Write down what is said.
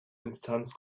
instanz